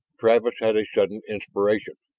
travis had a sudden inspiration.